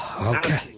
Okay